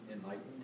Enlightened